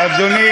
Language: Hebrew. על מה אתה מדבר?